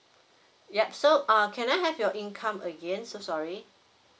yup so err can I have your income again so sorry